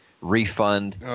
refund